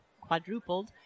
quadrupled